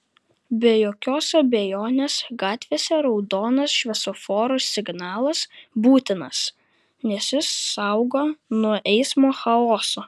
be jokios abejonės gatvėse raudonas šviesoforo signalas būtinas nes jis saugo nuo eismo chaoso